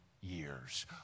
years